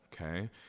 Okay